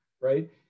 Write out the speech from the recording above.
right